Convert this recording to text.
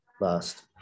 last